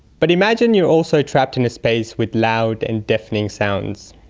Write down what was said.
but imagine you are also trapped in a space with loud and deafening sounds.